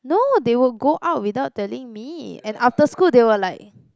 no they will go out without telling me and after school they were like